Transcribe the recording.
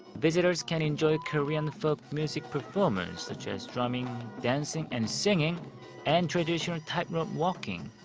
visitors can enjoy korean folk music performance such as drumming, dancing and singing and traditional tightrope walking.